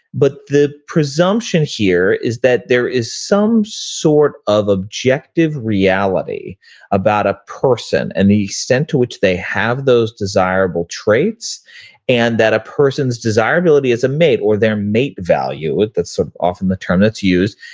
but the presumption here is that there is some sort of objective reality about a person and the extent to which they have those desirable traits and that a person's desirability as a mate or their mate value, that's sort of often the term that's used,